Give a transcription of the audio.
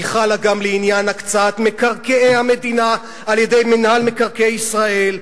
היא חלה גם לעניין הקצאת מקרקעי המדינה על-ידי מינהל מקרקעי ישראל,